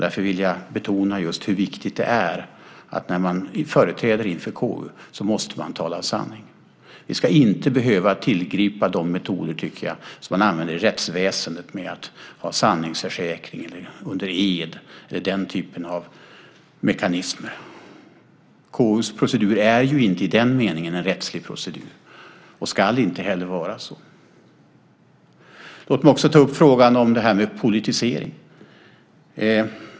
Därför vill jag betona hur viktigt det är att när man framträder inför KU måste man tala sanning. Vi ska inte behöva tillgripa de metoder som man använder i rättsväsendet med att ha sanningsförsäkran, ed eller den typen av mekanismer. KU:s procedur är inte i den meningen en rättslig procedur och ska heller inte vara det. Låt mig också ta upp frågan om politisering.